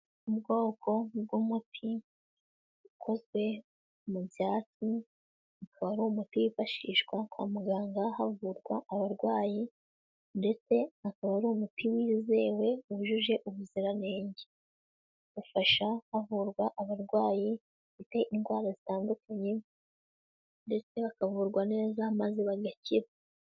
Ubwoko bw'umuti ukozwe mu byatsi, ukaba ari umuti wifashishwa kwa muganga havurwa abarwayi, ndetse akaba ari umuti wizewe wujuje ubuziranenge. Ufasha havurwa abarwayi bafite indwara zitandukanye, ndetse bakavurwa neza maze bagakira.